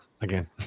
again